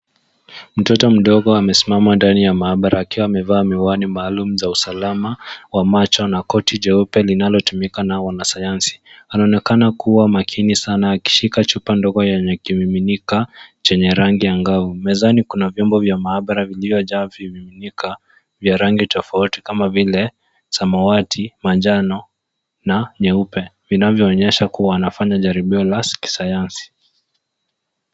Mtoto mdogo amesimama ndani ya maabara akiwa amevaa miwani maalum za usalama kwa macho, na koti jeupe linalotumika na wanasayansi. Anaonekana kuwa makini sana akishika chupa ndogo yenye kimiminika chenye rangi ya ngau. Mezani kuna vyombo vya maabara vilivyojaa vimiminika vya rangi tofauti kama vile samawati, manjano, na nyeupe, vinavyoonyesha kuwa anafanya jaribio la kisayansi.